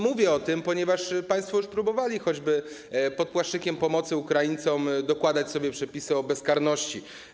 Mówię o tym, ponieważ państwo już próbowali, choćby pod płaszczykiem pomocy Ukraińcom, dokładać sobie przepisy o bezkarności.